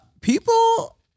People